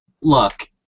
Look